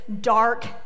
dark